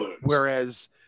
whereas